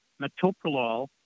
Metoprolol